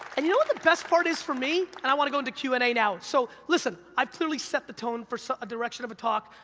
and you know what the best part is for me? and i want to go into q and a now, so, listen, i've clearly set the tone for so a direction of a talk,